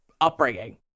upbringing